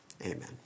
Amen